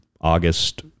August